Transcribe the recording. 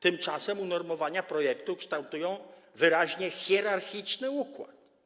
Tymczasem unormowania projektu kształtują wyraźnie hierarchiczny układ.